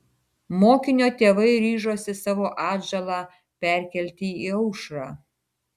mokinio tėvai ryžosi savo atžalą perkelti į aušrą